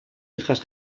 hijas